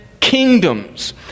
kingdoms